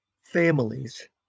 families